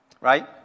right